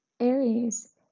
Aries